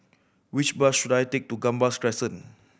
which bus should I take to Gambas Crescent